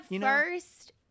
first